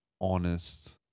honest